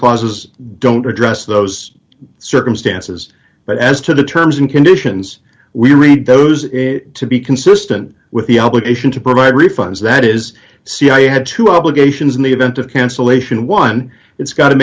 clauses don't address those circumstances but as to the terms and conditions we read those in to be consistent with the obligation to provide refunds that is cia had two obligations in the event of cancellation one it's got to